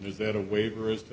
that a waiver is